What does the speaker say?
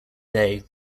day